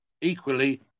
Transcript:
equally